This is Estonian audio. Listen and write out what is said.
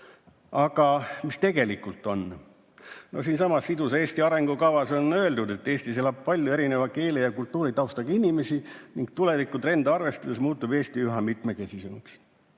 Aga mis tegelikult on? Siinsamas sidusa Eesti arengukavas on öeldud, et Eestis elab palju erineva keele ja kultuuritaustaga inimesi ning tulevikutrende arvestades muutub Eesti üha mitmekesisemaks.